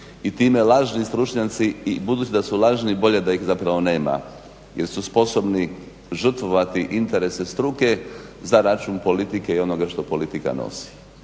i time lažni stručnjaci. I budući da su lažni bolje da ih nema jer su sposobni žrtvovati interese struke za račun politike i onoga što politika nosi.